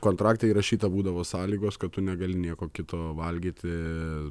kontrakte įrašyta būdavo sąlygos kad tu negali nieko kito valgyti